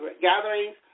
gatherings